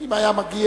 אם היה מגיע,